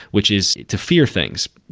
which is to fear things.